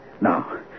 Now